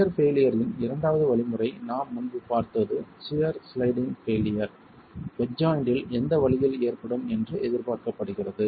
shear failure இன் இரண்டாவது வழிமுறை நாம் முன்பு பார்த்தது சியர் சிளைடிங் பெய்லியர் பெட் ஜாய்ன்ட்டில் எந்த வழியில் ஏற்படும் என்று எதிர்பார்க்கப்படுகிறது